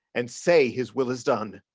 and say his will is done.